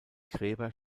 gräber